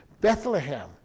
Bethlehem